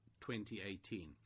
2018